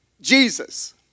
Jesus